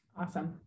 awesome